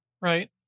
Right